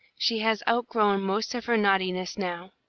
she has outgrown most of her naughtiness now.